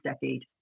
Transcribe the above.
decade